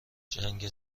جنگ